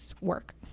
work